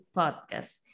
podcast